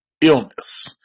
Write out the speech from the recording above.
illness